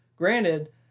Granted